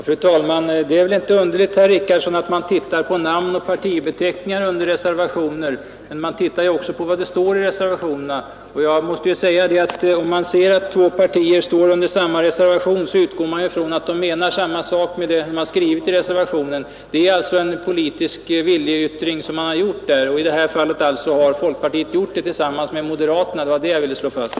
Fru talman! Det är väl inte underligt, herr Richardson, att man ser på namn och partibeteckningarna under reservationer. Men man ser ju också på vad som står i reservationerna. Om man emellertid ser att två partier är angivna på samma reservation, utgår man från att de har samma mening om det som har skrivits i reservationen. Det är alltså en politisk viljeyttring som man har gjort, och i detta fall är det folkpartiet och moderaterna som har gjort det. Det var det jag ville slå fast.